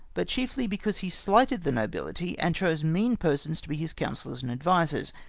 but chiefly because he slighted the iiohiliti, and chose mean persons to be his counsellors and advisers,